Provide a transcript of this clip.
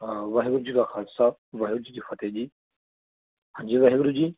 ਵਾਹਿਗੁਰੂ ਜੀ ਕਾ ਖਾਲਸਾ ਵਾਹਿਗੁਰੂ ਜੀ ਕੀ ਫਤਿਹ ਜੀ ਹਾਂਜੀ ਵਾਹਿਗੁਰੂ ਜੀ